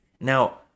Now